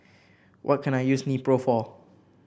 what can I use Nepro for